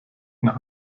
nach